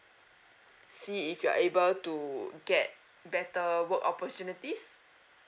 see if you are able to get better work opportunities